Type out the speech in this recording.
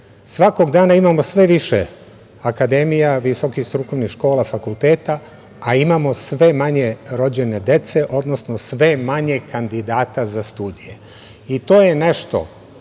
Svakog dana imamo sve više akademija, visokih strukovnih škola, fakulteta, a imamo sve manje rođene dece, odnosno sve manje kandidata za studije. To je nešto